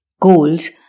goals